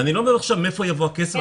ואני לא אומר עכשיו מאיפה יבוא הכסף,